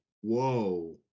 Whoa